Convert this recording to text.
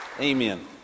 amen